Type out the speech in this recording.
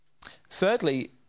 Thirdly